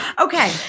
Okay